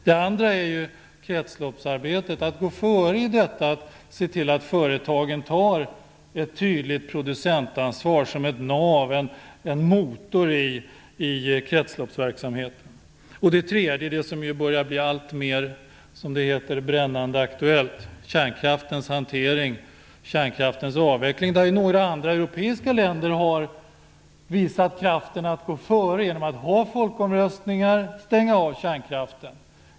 Den andra frågan är kretsloppsarbetet, där vi bör gå före och se till företagen tar ett tydligt producentansvar som ett nav eller en motor i kretsloppsverksamheten. Den tredje frågan som börjar bli alltmer, som det heter, brännande aktuell är hanteringen av kärnkraftens avveckling. Här har några andra europeiska länder visat kraften att gå före genom att genomföra folkomröstningar och stänga av kärnkraften.